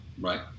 right